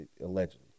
Allegedly